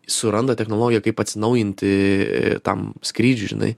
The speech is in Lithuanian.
suranda technologiją kaip atsinaujinti tam skrydžiui žinai